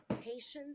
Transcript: patience